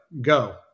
go